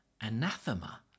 anathema